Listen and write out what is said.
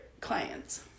clients